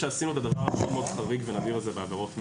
כשעשינו את הדבר הזה ונבהיר את זה בעבירות מין,